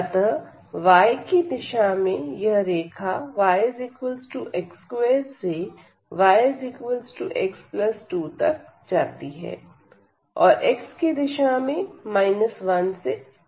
अतः y की दिशा में यह रेखा yx2 से yx2 तक जाती है और x की दिशा में 1 से 2 तक जाती है